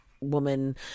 woman